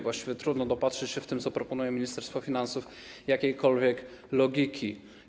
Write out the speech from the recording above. Właściwie trudno dopatrzeć się w tym, co proponuje Ministerstwo Finansów, jakiejkolwiek logiki.